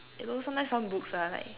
you know sometimes some books are like